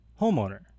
homeowner